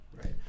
Right